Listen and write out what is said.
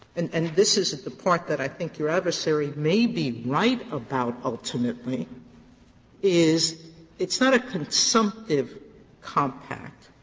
and and this is the part that i think your adversary may be right about, ultimately is it's not a consumptive compact,